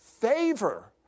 favor